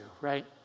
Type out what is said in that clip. right